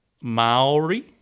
maori